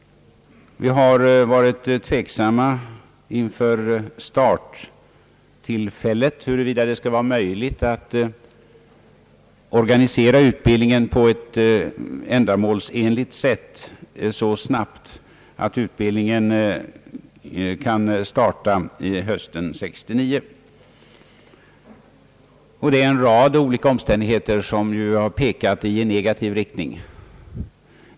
Vi har varit tveksamma inför starttillfället, huruvida det skulle vara möjligt att organisera utbildningen på ett ändamålsenligt sätt så snabbt att utbildningen kan starta redan hösten 1969. En rad olika omständigheter har pekat i negativ riktning.